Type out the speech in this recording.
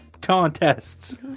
contests